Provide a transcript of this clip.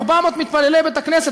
400 מתפללי בית-הכנסת,